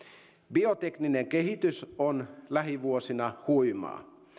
biotekninen kehitys on lähivuosina huimaa